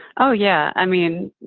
oh, yeah. i mean,